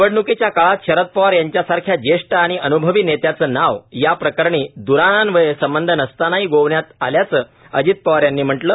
निवडणुकीच्या काळात शरद पवार यांच्यासारख्या ज्येष्ठ आणि अनुभवी नेत्याचं नाव या प्रकरणाशी द्रांन्वये संबंध नसतांनाही गोवण्यात आल्याचं अजित पवार यांनी म्हटलं